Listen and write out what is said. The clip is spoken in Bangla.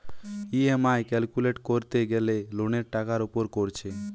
ই.এম.আই ক্যালকুলেট কোরতে গ্যালে লোনের টাকার উপর কোরছে